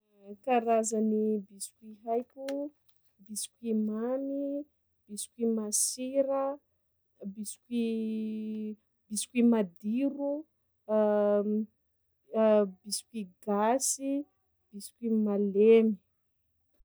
E karazagny biscuit haiko: biscuit mamy, biscuit masira, biscuit biscuit madiro, biscuit gasy, biscuit malemy.